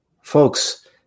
folks